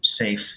safe